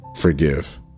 forgive